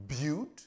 build